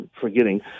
forgetting